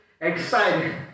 excited